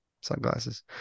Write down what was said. sunglasses